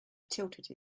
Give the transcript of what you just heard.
tilted